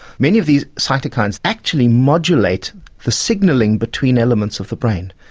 many of these cytokines actually modulate the signalling between elements of the brain.